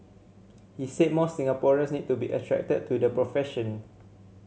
he said more Singaporeans need to be attracted to the profession